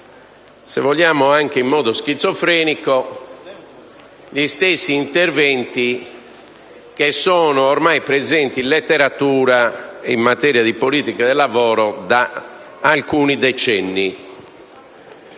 se vogliamo anche in modo schizofrenico, gli stessi interventi che sono ormai presenti nella letteratura in materia di politica del lavoro da alcuni decenni.